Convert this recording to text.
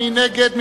מי נגד?